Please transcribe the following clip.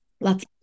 Lots